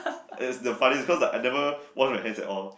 that that's funny cause I never wash my hands and all